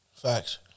Facts